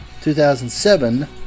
2007